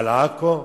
על עכו?